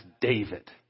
David